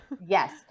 Yes